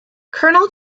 colonel